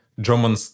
German